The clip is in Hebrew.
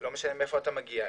לא משנה מאיפה אתה מגיע,